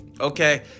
Okay